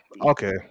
Okay